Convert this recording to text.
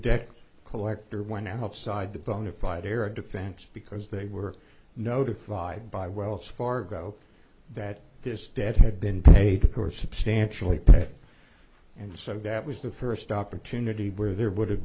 debt collector went outside the bonafide air defense because they were notified by wells fargo that this debt had been paid for substantially pay and so that was the first opportunity where there would have